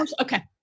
Okay